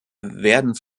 werden